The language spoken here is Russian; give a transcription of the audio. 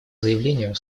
заявлению